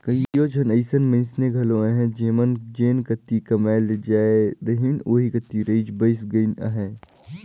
कइयो झन अइसन मइनसे घलो अहें जेमन जेन कती कमाए ले जाए रहिन ओही कती रइच बइस गइन अहें